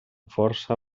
força